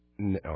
No